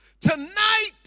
tonight